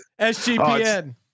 SGPN